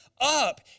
up